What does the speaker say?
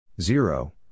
zero